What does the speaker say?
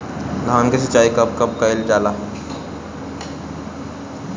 धान के सिचाई कब कब कएल जाला?